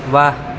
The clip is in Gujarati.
વાહ